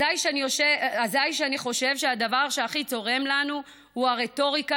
אזיי אני חושב שהדבר שהכי צורם לנו הוא הרטוריקה